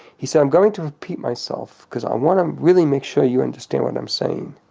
he said i'm going to repeat myself because i want to really make sure you understand what i'm saying.